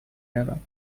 روم